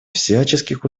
всяческих